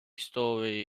story